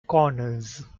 corners